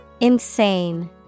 Insane